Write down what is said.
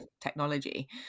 technology